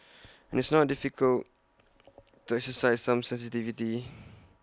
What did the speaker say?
it's not difficult to exercise some sensitivity